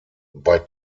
bei